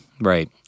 Right